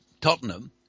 Tottenham